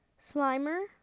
Slimer